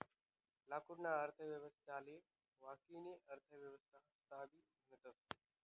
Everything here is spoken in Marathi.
लाकूडना अर्थव्यवस्थाले वानिकी अर्थव्यवस्थाबी म्हणतस